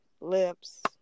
lips